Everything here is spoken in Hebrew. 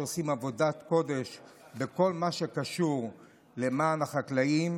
שעושים עבודת קודש בכל מה שקשור למען החקלאים.